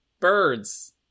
birds